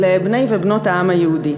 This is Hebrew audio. לבני ובנות העם היהודי.